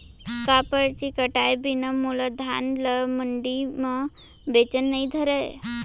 का परची कटाय बिना मोला धान ल मंडी म बेचन नई धरय?